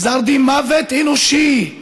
גזר דין מוות אנושי,